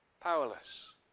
powerless